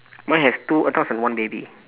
mine has two adults and one baby